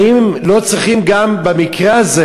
האם לא צריכים גם במקרה הזה